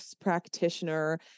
practitioner